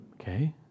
Okay